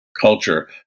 culture